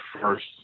first